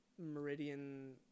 Meridian